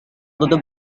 tutup